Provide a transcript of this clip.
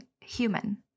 human